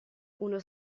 uno